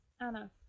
Anna